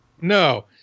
No